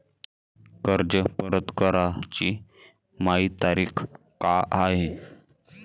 कर्ज परत कराची मायी तारीख का हाय?